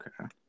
Okay